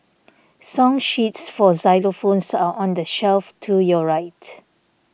song sheets for xylophones are on the shelf to your right